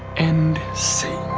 end scene.